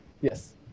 Yes